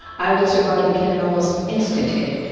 i will survive became an almost instant hit.